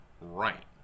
Right